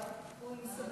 לא, הוא,